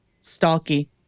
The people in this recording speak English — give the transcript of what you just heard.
Stalky